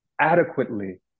adequately